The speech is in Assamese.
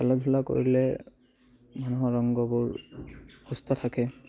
খেলা ধূলা কৰিলে মানুহৰ অংগবোৰ সুস্থ থাকে